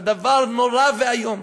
אבל דבר נורא ואיום: